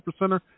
supercenter